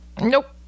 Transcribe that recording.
nope